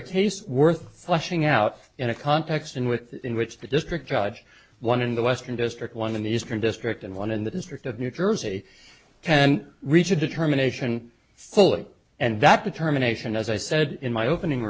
a case worth fleshing out in a context in with in which the district judge one in the western district one in the eastern district and one in the district of new jersey can reach a determination fully and that determination as i said in my opening